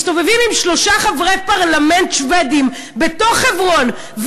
מסתובבים עם שלושה חברי פרלמנט שבדים בתוך חברון,